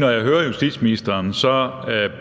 når jeg hører justitsministeren,